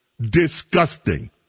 disgusting